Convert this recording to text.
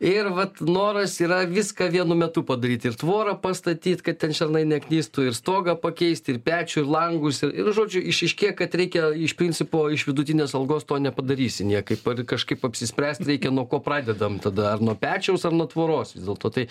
ir vat noras yra viską vienu metu padaryti ir tvorą pastatyt kad ten šernai neknistų ir stogą pakeisti ir pečių ir langus ir ir žodžiu išryškėja kad reikia iš principo iš vidutinės algos to nepadarysi niekaip ar kažkaip apsispręst reikia nuo ko pradedam tada ar nuo pečiaus ar nuo tvoros vis dėlto tai